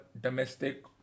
domestic